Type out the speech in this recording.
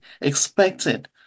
expected